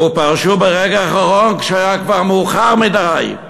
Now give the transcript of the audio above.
והם פרשו ברגע האחרון, כשהיה כבר מאוחר מדי.